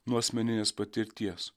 nuo asmeninės patirties